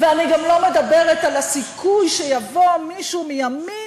ואני גם לא מדברת על הסיכוי שיבוא מישהו מימין